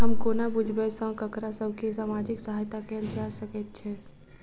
हम कोना बुझबै सँ ककरा सभ केँ सामाजिक सहायता कैल जा सकैत छै?